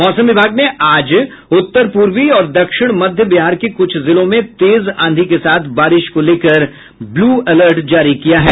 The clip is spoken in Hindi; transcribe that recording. मौसम विभाग ने आज उत्तर पूर्वी और दक्षिण मध्य बिहार के कुछ जिलों में तेज आंधी के साथ बारिश को लेकर ब्लू अलर्ट जारी किया है